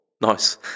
nice